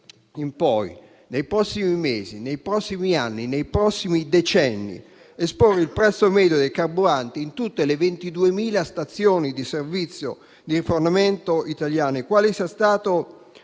in poi, nei prossimi mesi, anni e decenni, esporre il prezzo medio dei carburanti in tutte le 22.000 stazioni di servizio di rifornimento italiane, quale evento